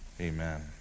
Amen